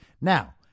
Now